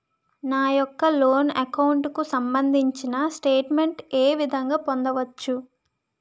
నా యెక్క loan account కు సంబందించిన స్టేట్ మెంట్ ఏ విధంగా పొందవచ్చు?